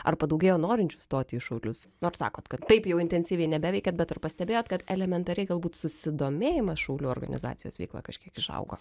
ar padaugėjo norinčių stoti į šaulius nors sakot kad taip jau intensyviai nebeveikiat bet ar pastebėjot kad elementariai galbūt susidomėjimas šaulių organizacijos veikla kažkiek išaugo